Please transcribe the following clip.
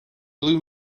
blue